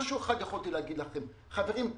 חברים,